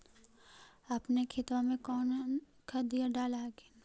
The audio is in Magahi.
अपने खेतबा मे कौन खदिया डाल हखिन?